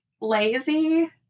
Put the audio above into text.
lazy